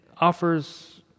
offers